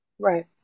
Right